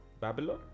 Babylon